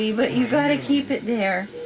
you've ah you've got to keep it there.